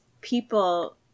people